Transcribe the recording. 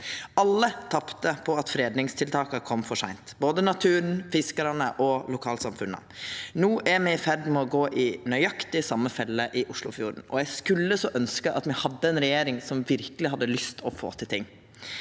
Alle tapte på at fredingstiltaka kom for seint, både naturen, fiskarane og lokalsamfunna. No er me i ferd med å gå i nøyaktig same felle i Oslofjorden, og eg skulle så ønskja at me hadde ei regjering som verkeleg hadde lyst til å få til ting.